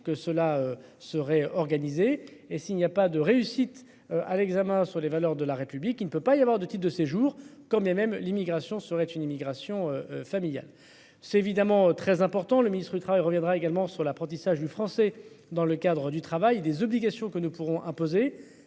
que cela serait organisée. Et s'il n'y a pas de réussite à l'examen sur les valeurs de la République, il ne peut pas y avoir 2 types de séjours comme les mêmes, l'immigration serait une immigration familiale. C'est évidemment très important. Le ministre du Travail reviendra également sur l'apprentissage du français dans le cadre du travail et des obligations que nous pourrons imposer